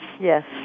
Yes